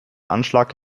anschlag